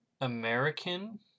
American